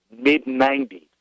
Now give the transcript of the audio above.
mid-'90s